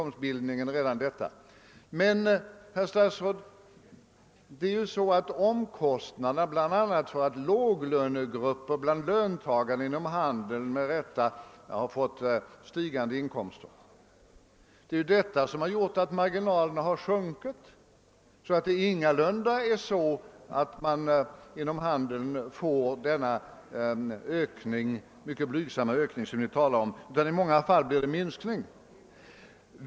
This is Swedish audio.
Men, herr statsråd, det är ju de ökade omkostnaderna, bl.a. på grund av att låglönegrupperna inom handeln med rätta fått stigande inkomster, som gjort att marginalerna har sjunkit, så att man inom handeln ingalunda får denna mycket blygsamma ökning som det talats om; i många fall blir det i stället en minskning.